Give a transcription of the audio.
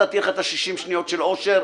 נתתי לך את השישים שניות של אושר.